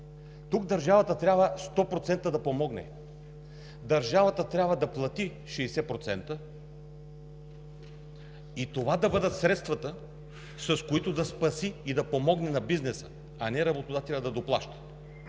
Тук държавата трябва 100% да помогне. Държавата трябва да плати 60% и това да бъдат средствата, с които да спаси и да помогне на бизнеса, а не работодателят да доплаща.